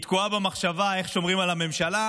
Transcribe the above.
היא תקועה במחשבה איך שומרים על הממשלה,